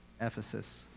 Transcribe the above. Ephesus